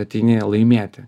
ateini laimėti